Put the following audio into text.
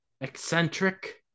eccentric